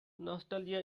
nostalgia